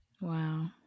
Wow